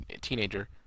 teenager